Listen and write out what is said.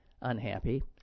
unhappy